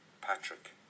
Patrick